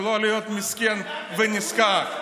ולא להיות מסכן ונזקק,